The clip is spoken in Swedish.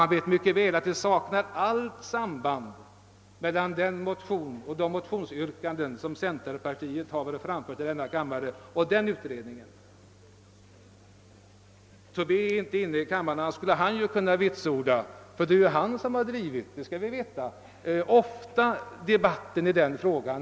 Han vet även att det inte finns något som helst samband mellan de motionsyrkanden centerpartiet framfört i denna kammare och den tillsatta utredningen. Herr Tobé är inte närvarande just nu i denna kammare, men annars kunde han ha vitsordat detta, eftersom det är han som ofta drivit debatten i denna fråga.